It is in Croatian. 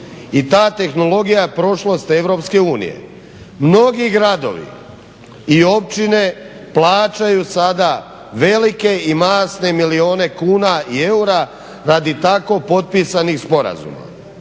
i ta je tehnologija prošlost EU. Mnogi gradovi i općine plaćaju sada velike i masne milijune kuna i eura radi tako potpisanih sporazuma.